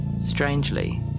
Strangely